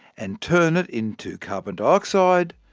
and turn it into carbon dioxide,